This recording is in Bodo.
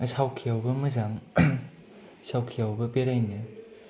सावखेयावबो मोजां सावखेयावबो बेरायनो